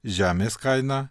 žemės kainą